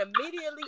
immediately